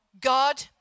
God